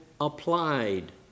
applied